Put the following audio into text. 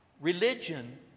Religion